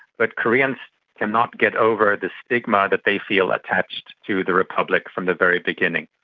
but koreans cannot get over the stigma that they feel attached to the republic from the very beginning.